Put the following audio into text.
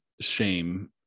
shame